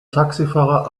taxifahrer